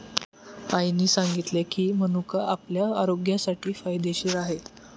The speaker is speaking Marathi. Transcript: आईने सांगितले की, मनुका आपल्या आरोग्यासाठी फायदेशीर आहे